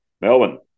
Melbourne